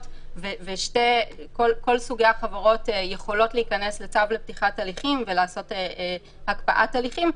וכל סוגי החברות יכולים להיכנס לצו פתיחת הליכים ולעשות הקפאת הליכים,